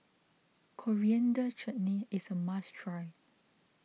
Coriander Chutney is a must try